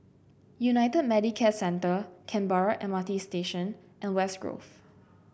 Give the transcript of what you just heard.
United Medicare Centre Canberra M R T Station and West Grove